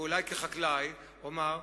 ואולי כחקלאי אומר,